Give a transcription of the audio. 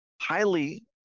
highly